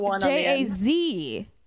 j-a-z